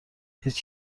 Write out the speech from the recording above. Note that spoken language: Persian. هیچ